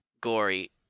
gory